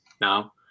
now